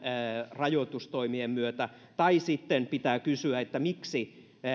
rajoitustoimien myötä tai sitten pitää kysyä miksi